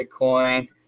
bitcoin